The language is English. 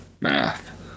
Math